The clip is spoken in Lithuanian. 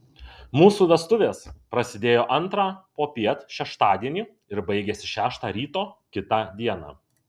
mūsų vestuvės prasidėjo antrą popiet šeštadienį ir baigėsi šeštą ryto kitą dieną